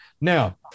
Now